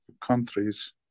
countries